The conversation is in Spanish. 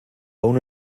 uno